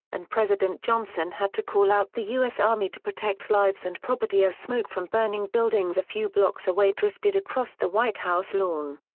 and president johnson had to call out the u s. army to protect lives and property as smoke from burning buildings a few blocks away drifted across the white house lawn.